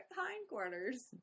hindquarters